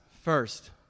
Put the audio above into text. first